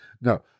No